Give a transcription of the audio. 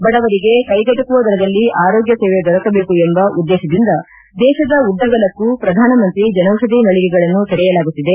ಬಡವರಿಗೆ ಕೈಗೆಟುಕುವ ದರದಲ್ಲಿ ಆರೋಗ್ಯ ಸೇವೆ ದೊರಕಬೇಕು ಎಂಬ ಉದ್ದೇಶದಿಂದ ದೇಶದ ಉದ್ದಗಲಕ್ಕೂ ಪ್ರಧಾನಮಂತ್ರಿ ಜನೌಷಧಿ ಮಳಿಗೆಗಳನ್ನು ತೆರೆಯಲಾಗುತ್ತಿದೆ